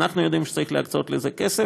אנחנו יודעים שצריך להקצות לזה כסף,